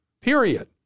period